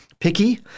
Picky